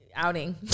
outing